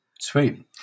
Sweet